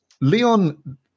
leon